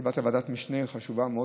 קיבלת ועדת משנה חשובה מאוד,